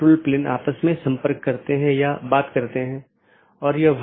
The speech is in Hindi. यहाँ N1 R1 AS1 N2 R2 AS2 एक मार्ग है इत्यादि